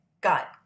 got